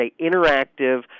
interactive